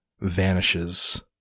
vanishes